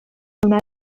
una